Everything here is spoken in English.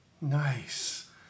Nice